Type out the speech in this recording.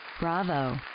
Bravo